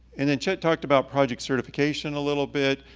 and then chet talked about project certification a little bit.